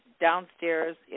downstairs